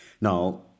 Now